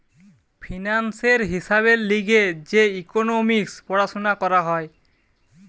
ফিন্যান্সের হিসাবের লিগে যে ইকোনোমিক্স পড়াশুনা করা হয়